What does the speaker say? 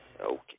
okay